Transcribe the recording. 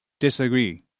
disagree